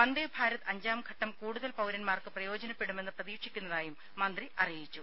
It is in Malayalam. വന്ദേഭാരത് അഞ്ചാംഘട്ടം കൂടുതൽ പൌരന്മാർക്ക് പ്രയോജനപ്പെടുമെന്ന് പ്രതീക്ഷിക്കുന്നതായും മന്ത്രി അറിയിച്ചു